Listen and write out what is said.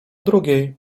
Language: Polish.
drugiej